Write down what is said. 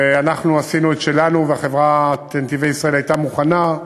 ואנחנו עשינו את שלנו וחברת "נתיבי ישראל" הייתה מוכנה.